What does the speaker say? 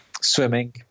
swimming